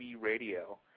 radio